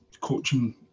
coaching